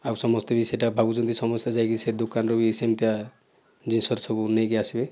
ଆଉ ସମସ୍ତେ ବି ସେହିଟା ଭାବୁଛନ୍ତି ସମସ୍ତେ ଯାଇକି ସେ ଦୋକାନରୁ ବି ସେମତିଆ ଜିନିଷ ସବୁ ନେଇକି ଆସିବେ